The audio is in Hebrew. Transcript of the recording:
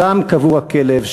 שם קבור הכלב,